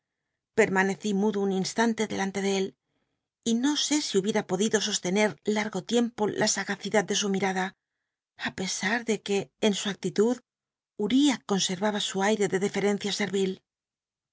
l'ermanccí mudo un instan le delante de él y no sé si hubiera podido sostener largo tiempo la sagacidad de su mirada ü pesar de juc en su actitud uriah conservaba su airc de deferencia servil